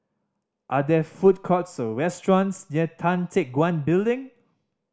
are there food courts or restaurants near Tan Teck Guan Building